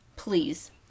Please